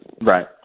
Right